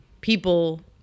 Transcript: people